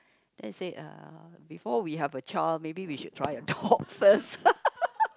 they said uh before we have a child maybe we should try a dog first